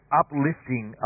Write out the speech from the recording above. uplifting